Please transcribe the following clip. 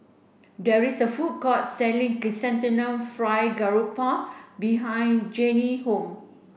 there is a food court selling chrysanthemum fried garoupa behind Jeanne's house